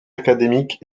académique